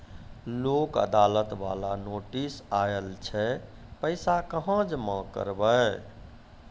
लोक अदालत बाला नोटिस आयल छै पैसा कहां जमा करबऽ?